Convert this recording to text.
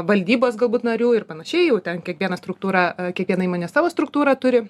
valdybos galbūt narių ir panašiai jau ten kiekviena struktūra kiekviena įmonė savo struktūrą turi